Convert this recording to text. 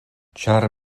ĉar